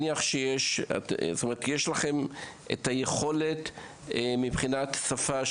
יש לכם יכולת מבחינת שפה,